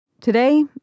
Today